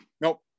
Nope